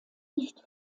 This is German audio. nicht